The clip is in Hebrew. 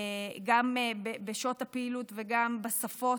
גם בשעות הפעילות וגם בשפות,